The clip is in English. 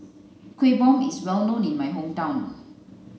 kueh bom is well known in my hometown